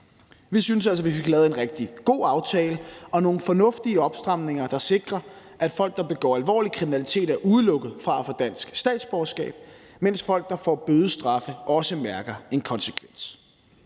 Vi synes altså, at vi fik lavet en rigtig god aftale og nogle fornuftige opstramninger, der sikrer, at folk, der begår alvorlig kriminalitet, er udelukket fra at få dansk statsborgerskab, mens folk, der får bødestraffe, også mærker en konsekvens.